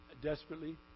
desperately